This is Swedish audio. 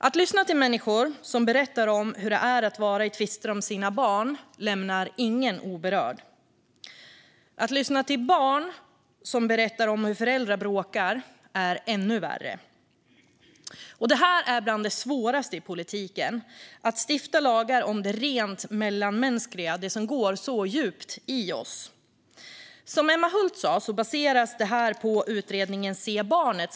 Att lyssna till människor som berättar om hur det är att vara i tvister om sina barn lämnar ingen oberörd. Att lyssna till barn som berättar om hur föräldrar bråkar är ännu värre. Det här är bland det svåraste i politiken, att stifta lagar om det rent mellanmänskliga och det som går så djupt i oss. Som Emma Hult sa baseras förslagen på utredningen Se barnet!